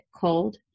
cold